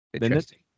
Interesting